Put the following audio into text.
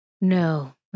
No